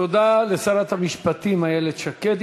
תודה לשרת המשפטים איילת שקד.